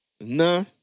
Nah